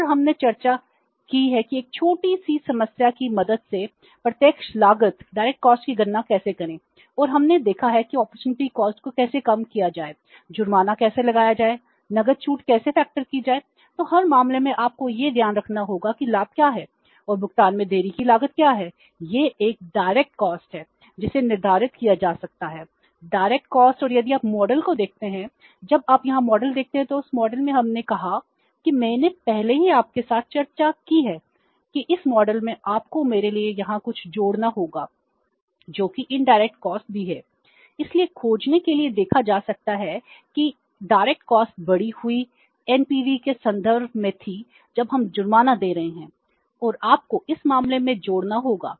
और हमने चर्चा की है कि एक छोटी सी समस्या की मदद से प्रत्यक्ष लागत की गणना कैसे करें और हमने देखा है कि अपॉर्चुनिटी कॉस्ट और यदि आप मॉडल के संदर्भ में थी जब हम जुर्माना दे रहे हैं और आपको इस मामले में जोड़ना होगा